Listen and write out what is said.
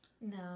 No